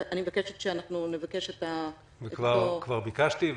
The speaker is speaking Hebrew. אני מבקשת שנבקש את -- כבר ביקשתי,